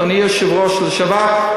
אדוני היושב-ראש לשעבר,